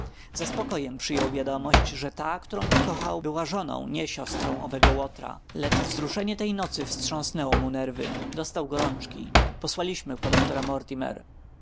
ze spokojem przyjął wiadomość że ta którą pokochał była żoną nie siostrą owego łotra lecz wzruszenie tej nocy wstrząsnęły mu nerwy dostał gorączki posłaliśmy po doktora